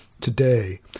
today